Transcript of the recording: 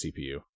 cpu